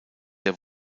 der